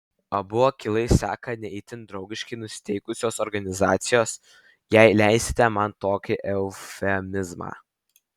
abu akylai seka ne itin draugiškai nusiteikusios organizacijos jei leisite man tokį eufemizmą